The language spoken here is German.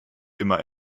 immer